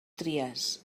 tries